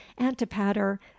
antipater